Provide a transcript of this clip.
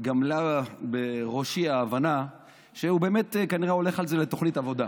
גמלה בראשי ההבנה שהוא באמת כנראה הולך על זה לתוכנית עבודה.